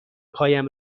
پایم